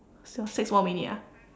still got six more minute ah